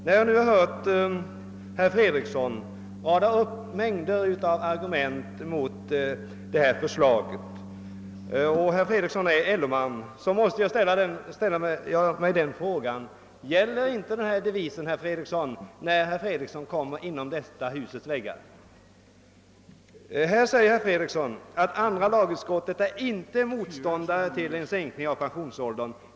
När jag nu har hört herr Fredriksson, som är LO-man, rada upp mängder av argument mot det föreliggande förslaget måste jag ställa frågan: Gäller inte denna devis, när herr Fredriksson kommer innanför väggarna till detta hus? Här säger herr Fredriksson att andra lagutskottet inte är motståndare till en sänkning av pensionsåldern.